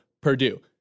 Purdue